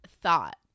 thought